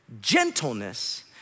gentleness